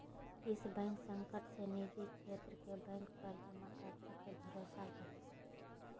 yes Bank संकट से निजी क्षेत्र के बैंक पर जमाकर्ता के भरोसा घटलय